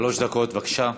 שלוש דקות, בבקשה.